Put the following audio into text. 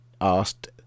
asked